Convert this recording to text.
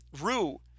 Rue